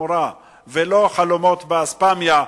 ולא חלומות באספמיה,